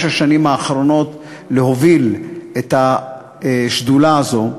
השנים האחרונות להוביל את השדולה הזאת,